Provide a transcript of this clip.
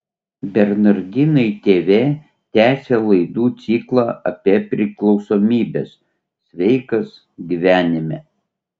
bernardinai tv tęsia laidų ciklą apie priklausomybes sveikas gyvenime